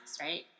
right